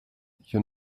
you